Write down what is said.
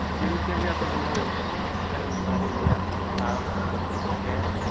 chemical ᱨᱮᱭᱟᱜ ᱫᱚ ᱵᱟᱹᱱᱩᱜᱼᱟ ᱤᱧ ᱴᱷᱮᱡ ᱫᱚ ᱮᱠᱮᱱ ᱫᱟᱨᱮ ᱨᱮᱭᱟᱜ ᱪᱷᱟᱞ ᱨᱮᱦᱮᱫ